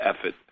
effort